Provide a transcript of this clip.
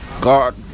God